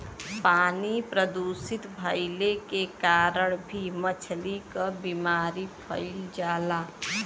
पानी प्रदूषित भइले के कारण भी मछली क बीमारी फइल जाला